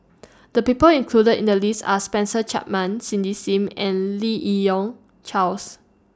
The People included in The list Are Spencer Chapman Cindy SIM and Lim Yi Yong Charles